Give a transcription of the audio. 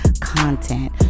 content